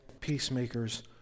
peacemakers